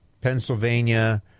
Pennsylvania